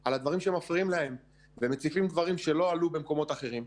על הדברים שמפריעים להם ומציפים דברים שלא עלו במקומות אחרים,